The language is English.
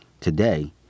Today